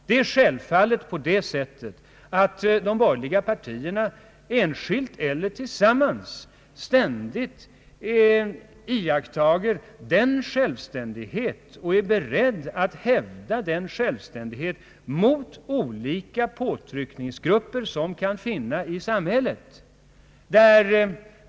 Det är självklart att de borgerliga partierna — enskilt eller tillsammans — ständigt iakttar och är beredda att hävda sin självständighet mot olika påtryckningsgrupper men också lyssna till dem.